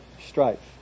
strife